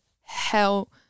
hell